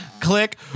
click